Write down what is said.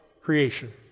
creation